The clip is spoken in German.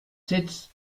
sitz